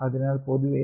അതിനാൽ പൊതുവേ